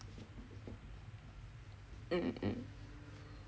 mm mm